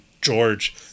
George